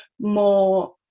more